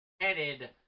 headed